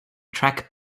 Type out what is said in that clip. track